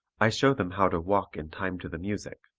i show them how to walk in time to the music.